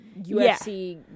UFC